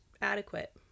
adequate